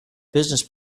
business